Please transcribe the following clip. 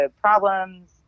problems